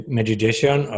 meditation